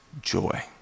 joy